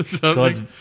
God's